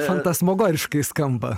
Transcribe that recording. fantasmagoriškai skamba